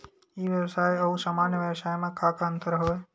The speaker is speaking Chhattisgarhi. ई व्यवसाय आऊ सामान्य व्यवसाय म का का अंतर हवय?